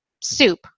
soup